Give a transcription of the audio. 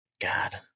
God